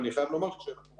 אני חייב לומר שרואים